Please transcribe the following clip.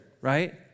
right